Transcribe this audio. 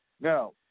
Now